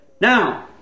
Now